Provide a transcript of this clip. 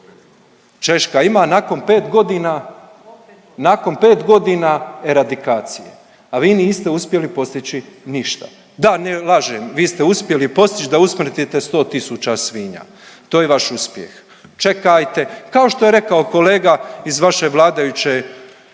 5 godina, nakon 5 godina eradikaciju, a vi niste uspjeli postići ništa. Da, lažem vi ste uspjeli postić da usmrtite 100 tisuća svinja. To je vaš uspjeh. Čekajte, kao što je rekao kolega iz vaše vladajuće